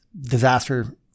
disaster